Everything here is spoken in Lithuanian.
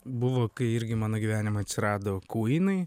buvo kai irgi mano gyvenime atsirado kvinai